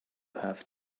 have